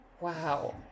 Wow